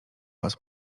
was